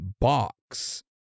box